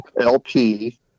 LP